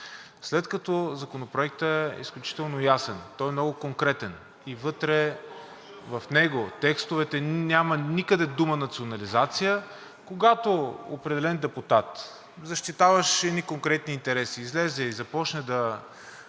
след като Законопроектът е изключително ясен, той е много конкретен и вътре в него, в текстовете, няма никъде дума национализация, когато определен депутат, защитаващ едни конкретни интереси, излезе и започне да